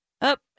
up